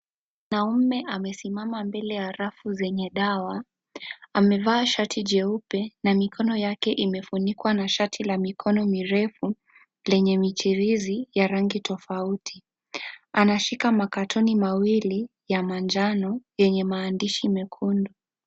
Mwanaume amesimama mbele ya rafu zenye dawa amevaa shati jeupe na mikono yake imefunikwa na shati lenye mikono mirefu lenye mijirisi ya rangi tofauti, anashika makatoni mawili ya manjano yenye maandishi mekundu.